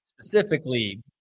specifically